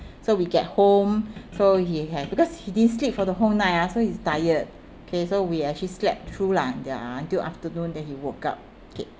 so we get home so he had because he didn't sleep for the whole night ah so he's tired okay so we actually slept through lah there until afternoon then he woke up okay